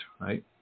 right